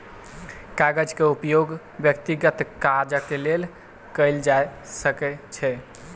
कागजक उपयोग व्यक्तिगत काजक लेल कयल जा सकै छै